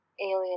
alien